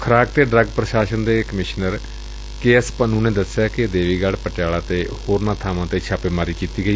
ਖੁਰਾਕ ਤੇ ਡਰੱਗ ਪ੍ਰਸ਼ਾਸਨ ਦੇ ਕਮਿਸ਼ਨਰ ਕੇ ਐਸ ਪੰਨੁ ਨੇ ਦਸਿਆ ਕਿ ਦੇਵੀਗੜ ਪਟਿਆਲਾ ਅਤੇ ਹੋਰ ਬਾਵਾਂ 'ਤੇ ਛਾਪੇਮਾਰੀ ਕੀਤੀ ਗਈ